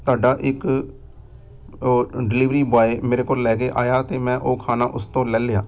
ਤੁਹਾਡਾ ਇੱਕ ਉਹ ਡਿਲੀਵਰੀ ਬੁਆਏ ਮੇਰੇ ਕੋਲ ਲੈ ਕੇ ਆਇਆ ਅਤੇ ਮੈਂ ਉਹ ਖਾਣਾ ਉਸ ਤੋਂ ਲੈ ਲਿਆ